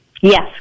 Yes